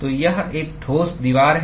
तो यह एक ठोस दीवार है